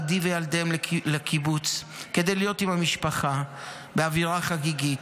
עדי וילדיהם לקיבוץ כדי להיות עם המשפחה באווירה חגיגית.